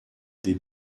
des